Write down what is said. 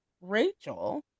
Rachel